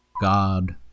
God